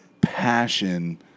passion